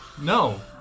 No